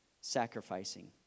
sacrificing